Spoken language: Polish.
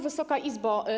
Wysoka Izbo!